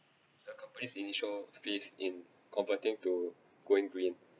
the company's initial phase in converting to going green